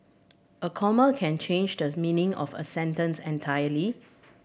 a comma can change does meaning of a sentence entirely